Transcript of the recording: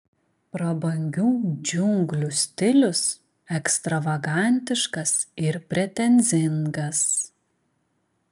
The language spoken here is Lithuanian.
prabangių džiunglių stilius ekstravagantiškas ir pretenzingas